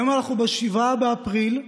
היום אנחנו ב-7 באפריל,